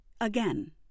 Again